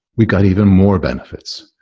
we got even more benefits.